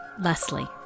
Leslie